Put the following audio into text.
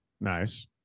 Nice